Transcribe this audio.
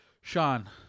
Sean